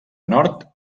nord